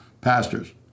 Pastors